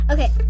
Okay